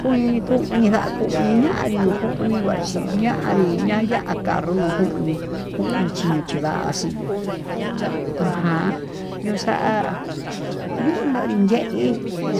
Kuñii kuñii xakuñii yandii ñuu kuñii kuachinayi ña'a ya'a carro no kunii, kuñii kuño'o chiva'a xhinyé ján yoxa'a yuu nahí ye'í